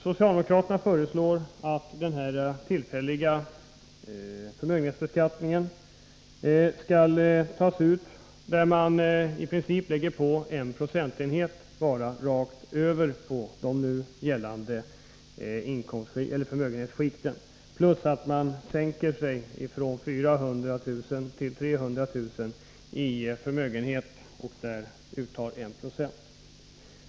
Socialdemokraterna föreslår att den tillfälliga förmögenhetsbeskattningen skall tas ut så, att man i princip lägger på bara en procentenhet rakt över i de nu gällande förmögenhetsskikten — plus att man sänker gränsen från 400 000 till 300 000 när det gäller förmögenhet där man tar ut 1 96.